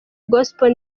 gospel